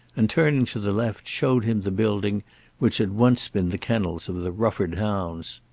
and turning to the left showed him the building which had once been the kennels of the rufford hounds.